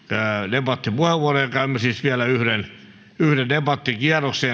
debattipuheenvuoroja käymme siis vielä yhden debattikierroksen